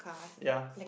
ya